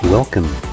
Welcome